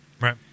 Right